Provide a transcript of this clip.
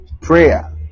prayer